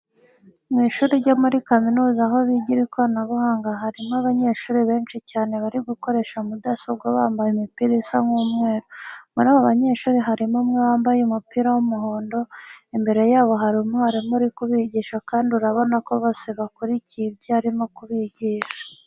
Mu ishuri ryo muri kaminuza aho bigira ikoranabuhanga harimo abanyeshuri benshi cyane bari gukoresha mudasobwa bambaye imipira isa nk'umweru. Muri abo banyeshuri harimo umwe wambaye umupira w'umuhondo. Imbere yabo hari umwarimu uri kubigisha kandi urabona ko bose bakurikiye ibyo ari kubigisha.